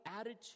attitude